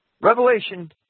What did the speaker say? Revelation